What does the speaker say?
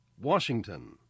Washington